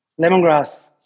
lemongrass